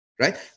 right